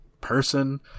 person